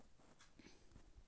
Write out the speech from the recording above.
पशुपालन से जुड़ल सवाल?